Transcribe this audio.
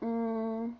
mm